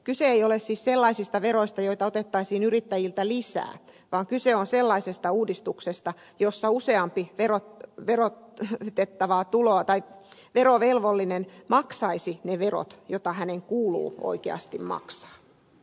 kyse ei ole siis sellaisista veroista joita otettaisiin yrittäjiltä lisää vaan kyse on sellaisesta uudistuksesta jossa useampi pera gerard dettavaa tuloa tai verovelvollinen maksaisi ne verot joita hänen kuuluu oikeasti maksaa